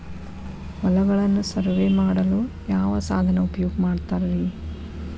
ಹೊಲಗಳನ್ನು ಸರ್ವೇ ಮಾಡಲು ಯಾವ ಸಾಧನ ಉಪಯೋಗ ಮಾಡ್ತಾರ ರಿ?